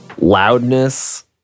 loudness